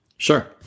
Sure